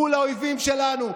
מול האויבים שלנו,